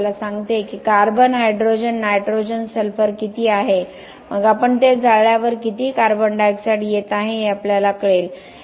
हे आपल्याला सांगते की कार्बन हायड्रोजन नायट्रोजन सल्फर किती आहे मग आपण ते जाळल्यावर किती कार्बन डायऑक्साइड येत आहे हे आपल्याला कळेल